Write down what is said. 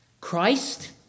Christ